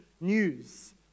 news